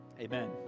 Amen